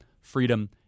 freedom